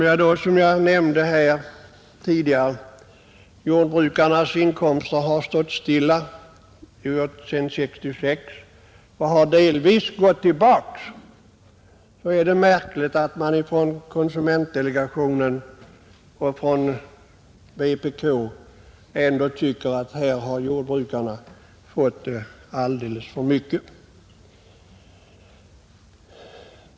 Eftersom jordbrukarnas inkomster, som jag tidigare nämnde, stått stilla sedan 1966 och i en del fall gått tillbaka är det märkligt att konsumentdelegationen och vpk ändå tycker att jordbrukarna har fått alldeles för mycket.